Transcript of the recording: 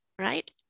right